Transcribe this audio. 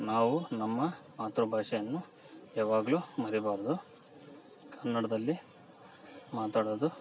ನಾವು ನಮ್ಮ ಮಾತೃಭಾಷೆಯನ್ನು ಯಾವಾಗಲು ಮರಿಬಾರದು ಕನ್ನಡದಲ್ಲಿ ಮಾತಾಡೋದು